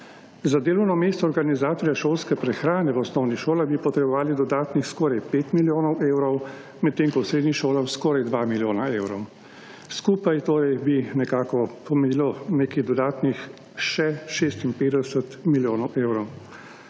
Za delovno mesto organizatorja šolske prehrane v osnovnih šolah bi potrebovali dodatnih skoraj 5 milijonov evrov medtem ko v srednjih šolah skoraj 2 milijona evrov. Skupaj torej bi nekako pomenilo nekih dodatnih še 65 milijonov evrov.